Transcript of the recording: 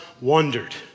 wondered